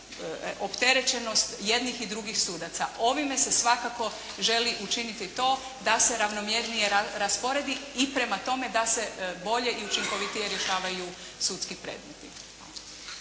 opterećenost jednih i drugih sudaca. Ovime se svakako želi učiniti to da se ravnomjernije rasporedi i prema tome da se bolje i učinkovitije rješavaju sudski predmeti.